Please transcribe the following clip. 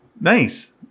Nice